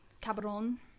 Cabron